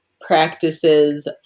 practices